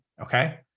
Okay